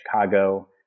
Chicago